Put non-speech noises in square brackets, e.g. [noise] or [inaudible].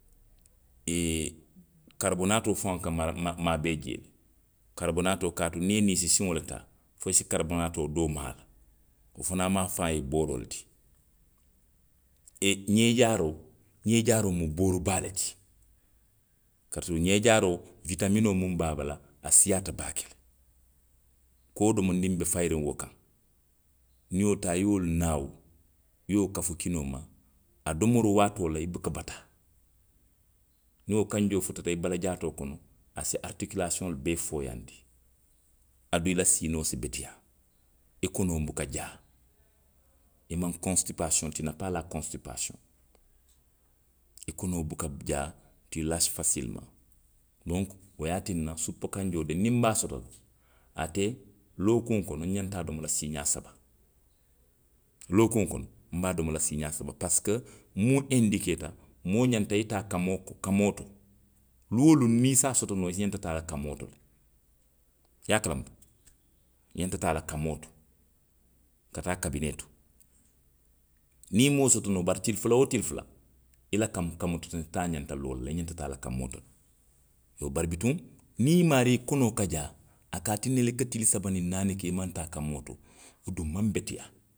[hesitation] karibonaatoo faŋo ka ma, maabee jee le. Karibonaatoo, kaatu niŋ i ye ninsi siŋo le taa fo i si karibonaatoo doo maa a la. Wo fanaŋ mu a faŋ ye booroo le ti. E ňee jaaroo, ňee jaaroo mu boori baa le ti. kaatu ňee jaaroo. witaminoo muŋ be a bala, a siiyaata baake. Koo domondiŋ be fayiriŋ wo kaŋ. Niŋ i ye wo taa, i ye wolu naawu. i ye wo kafu kinoo ma. a domoroo waatoo la, i buka bataa. Niŋ wo kanjoo futata i bala jaatoo kono, a si aritikilaasiyoŋolu bee fooyaandi. Aduŋ i la siinoo si beteyaa. i kono buka jaa. i maŋ konsitipaasiyoŋo, tii naa paa laa konsitipaasiyoŋo. I kono buka jaa. tii laasi fasilimaŋ. Donku, wo ye a tinnasupukanjoo de niŋ nbe a soto la. ate lookuŋo kono. n ňanta a domo la siiňaa saba. Lookuŋo kono, nbe a domo la siiňaa saba parisiko muŋ endikeeta, moo ňanta i ye taa kamoo, kamoo to, luŋ woo luŋ niŋ i si a soto noo, i ňanta taa la komaa to le. I ye a kalamuta. I ňanta taa la kamoo to, ka taa kabinee to. Niŋ i maŋ wo soto noo, bari tili fula woo tili fula, i la ka, kamo; kamoo to to taa ňanta loo la le, i ňanta taa la kamoo to le. Iyoo. bari bituŋ niŋ i maarii konoo ka jaa. a ka a tinna le i ka tili saba niŋ naani ke i maŋ taa kamoo to. Wo duŋ maŋ beteyaa